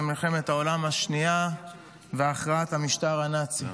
במלחמת העולם השנייה והכרעת המשטר הנאצי.